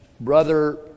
Brother